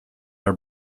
are